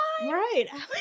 right